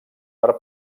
per